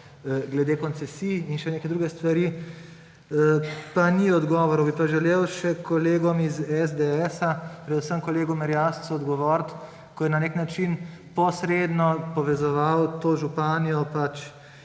glede koncesij in še neke druge stvari, pa ni odgovorov. Bi pa želel še kolegom iz SDS, predvsem kolegu Merjascu odgovoriti, ki je na nek način posredno povezoval to županjo,